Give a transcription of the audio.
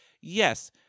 yes